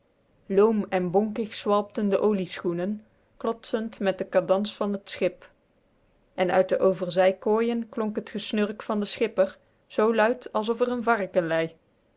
loom en bonkig zwalpten de olieschoenen klotsend met den cadans van t schip en uit de overzijkooien klonk t gesnurk van den schipper zoo luid alsof r n varken lei